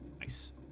Nice